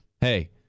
hey